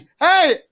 hey